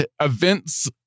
events